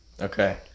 Okay